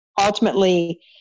Ultimately